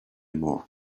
more